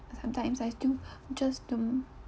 sometimes I still just don't